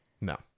No